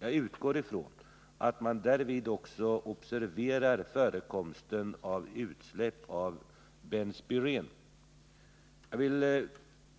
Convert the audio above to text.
Jag utgår från att man därvid också observerar förekomsten av utsläpp av benspyren. Jag vill